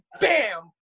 bam